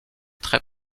très